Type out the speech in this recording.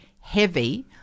heavy